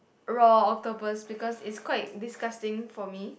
raw octopus because it's quite disgusting for me